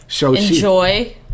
Enjoy